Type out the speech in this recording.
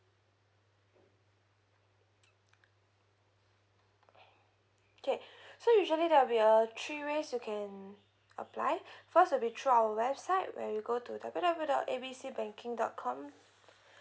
K so usually there'll be a three ways you can apply first will be through our website where you go to W W W dot A B C banking dot com